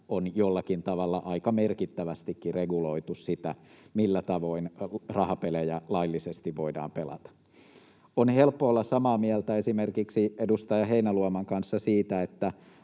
on jollakin tavalla aika merkittävästikin reguloitu sitä, millä tavoin rahapelejä laillisesti voidaan pelata. On helppo olla samaa mieltä esimerkiksi edustaja Heinäluoman kanssa siitä,